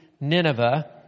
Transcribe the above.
Nineveh